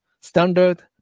standard